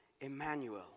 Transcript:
Emmanuel